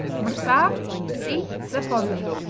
mrsav see sir posny.